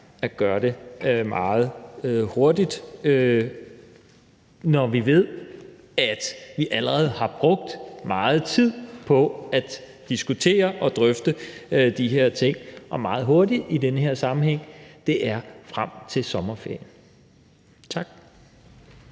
at gøre det meget hurtigt, når vi ved, at vi allerede har brugt meget tid på at diskutere og drøfte de her ting, og »meget hurtigt« i den her sammenhæng er frem til sommerferien. Tak.